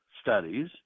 studies